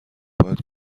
باید